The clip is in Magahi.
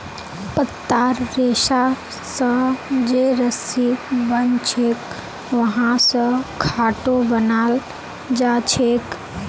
पत्तार रेशा स जे रस्सी बनछेक वहा स खाटो बनाल जाछेक